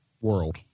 world